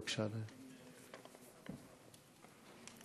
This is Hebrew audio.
בבקשה, אדוני.